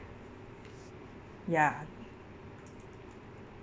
ya